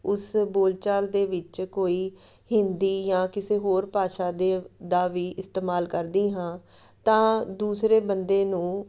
ਉਸ ਬੋਲਚਾਲ ਦੇ ਵਿੱਚ ਕੋਈ ਹਿੰਦੀ ਜਾਂ ਕਿਸੇ ਹੋਰ ਭਾਸ਼ਾ ਦੇ ਦਾ ਵੀ ਇਸਤੇਮਾਲ ਕਰਦੀ ਹਾਂ ਤਾਂ ਦੂਸਰੇ ਬੰਦੇ ਨੂੰ